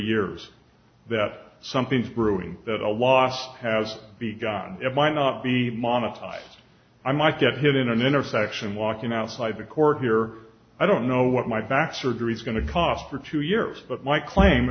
years that something's brewing that a loss has begun it might not be monetized i might get hit in an intersection walking outside the court here i don't know what my back surgery is going to cost for two years but my claim